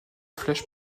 flèches